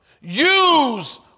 use